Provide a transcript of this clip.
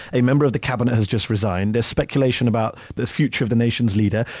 a member of the cabinet has just resigned. there's speculation about the future of the nation's leader.